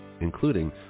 including